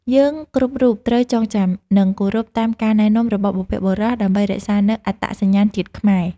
យើងគ្រប់រូបត្រូវចងចាំនិង គោរពតាមការណែនាំរបស់បុព្វបុរសដើម្បីរក្សានូវអត្តសញ្ញាណជាតិខ្មែរ។